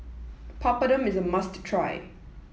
Papadum is a must try